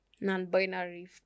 non-binary